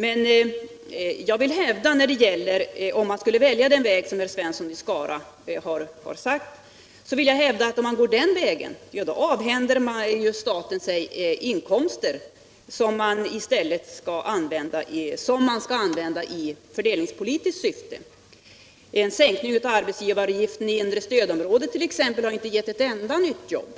Men jag vill hävda att om man skulle följa den väg herr Svensson i Skara anvisat, då avhänder man staten inkomster som skulle användas i fördelningspolitiskt syfte. En sänkning av arbetsgivaravgiften i det inre stödområdet har inte gett ett enda nytt jobb.